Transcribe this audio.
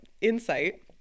insight